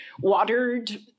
watered